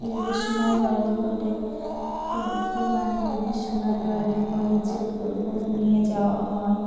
ঈদের সময় লরি করে কু কুরবানি ঈদের সময় লরি করে যে গরুগুলো নিয়ে যাওয়া হয়